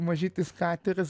mažytis kateris